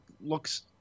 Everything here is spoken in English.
looks